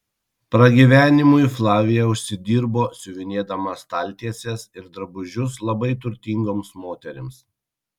pragyvenimui flavija užsidirbo siuvinėdama staltieses ir drabužius labai turtingoms moterims